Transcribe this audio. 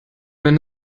wenn